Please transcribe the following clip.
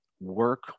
Work